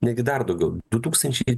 netgi dar daugiau du tūkstančiai